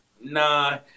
nah